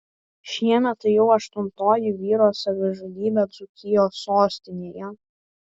šiemet tai jau aštuntoji vyro savižudybė dzūkijos sostinėje